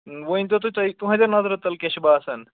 ونۍ تو تُہۍ تُہۍ تُہٕنٛدٮ۪ن نظر تُلہٕ کیٛاہ چھُ باسان